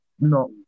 no